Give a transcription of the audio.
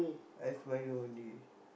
ice milo only